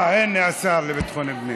אה, הינה השר לביטחון פנים.